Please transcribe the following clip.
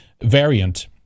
variant